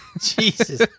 Jesus